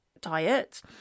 diet